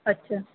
अछा